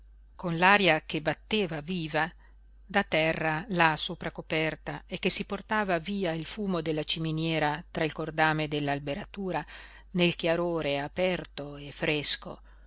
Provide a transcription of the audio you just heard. con l'aria che batteva viva da terra là sopra coperta e che si portava via il fumo della ciminiera tra il cordame dell'alberatura nel chiarore aperto e fresco